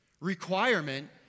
requirement